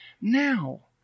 Now